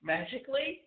Magically